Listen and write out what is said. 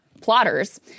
plotters